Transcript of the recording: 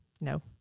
no